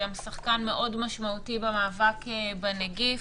שהן שחקן משמעותי מאוד במאבק בנגיף,